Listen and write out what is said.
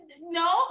no